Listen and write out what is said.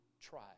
try